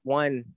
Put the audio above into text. one